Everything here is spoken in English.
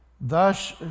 Thus